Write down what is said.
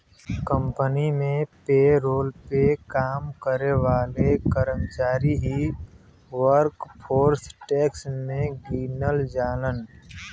company में payroll पे काम करे वाले कर्मचारी ही वर्कफोर्स टैक्स में गिनल जालन